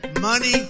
money